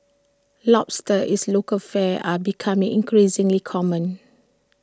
lobsters is local fare are becoming increasingly common